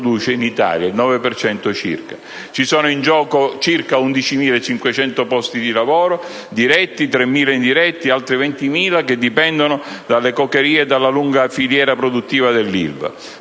in Italia (9 per cento circa). Ci sono in gioco 11.431 posti di lavoro diretti, 3000 indiretti, altri 20.000 che dipendono dalle cokerie e dalla lunga filiera produttiva dell'Ilva.